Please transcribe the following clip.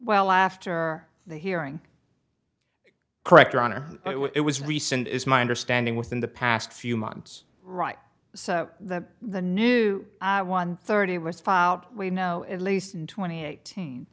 well after the hearing correct your honor it was recent is my understanding within the past few months right so that the new one thirty was filed we know at least twenty eight